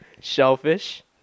Shellfish